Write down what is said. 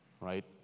right